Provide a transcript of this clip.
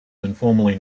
informally